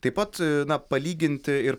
taip pat na palyginti ir